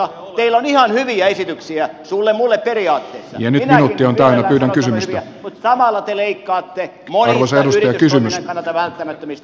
teillä on ihan hyviä esityksiä sullemulle periaatteessa mutta samalla te leikkaatte monista yritystoiminnan kannalta välttämättömistä asioista